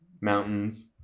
mountains